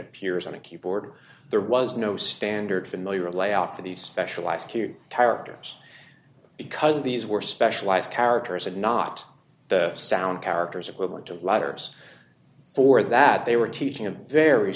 appears on a keyboard there was no standard familiar layoff of these specialized tires because these were specialized characters and not the sound characters equivalent of letters for that they were teaching a very